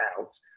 out